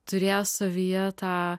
turėjo savyje tą